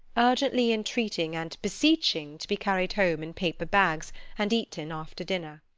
urgently entreating and beseeching to be carried home in paper bags and eaten after dinner.